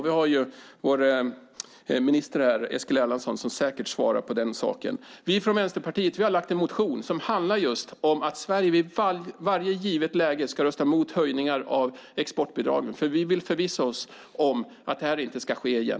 Vi har ju minister Eskil Erlandsson här som säkert kan svara på den saken. Vi från Vänsterpartiet har väckt en motion om att Sverige vid varje givet tillfälle ska rösta emot höjningar av exportbidragen. Vi vill förvissa oss om att detta inte ska ske igen.